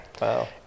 wow